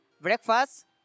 breakfast